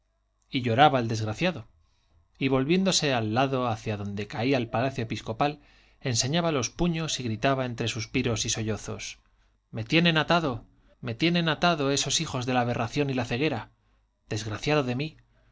y lloraba el desgraciado y volviéndose del lado hacia donde caía el palacio episcopal enseñaba los puños y gritaba entre suspiros y sollozos me tienen atado me tienen atado esos hijos de la aberración y la ceguera desgraciado de mí